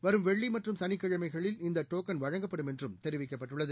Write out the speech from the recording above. வரும் வெள்ளி மற்றும் சனிக்கிழமைகளில் இந்த டோக்கள் வழங்கப்படும் என்றும் தெரிவிக்கப்பட்டுள்ளது